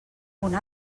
una